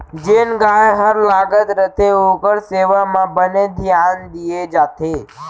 जेन गाय हर लागत रथे ओकर सेवा म बने धियान दिये जाथे